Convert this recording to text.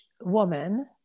woman